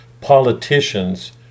politicians